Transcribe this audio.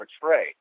portray